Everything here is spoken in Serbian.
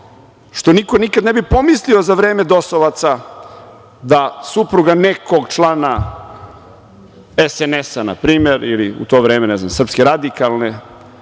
što niko nikad ne bi pomislio za vreme dosovaca da supruga nekog člana SNS na primer, ili u to vreme ne znam SRS dobije